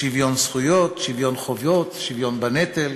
שוויון זכויות, שוויון חובות, שוויון בנטל.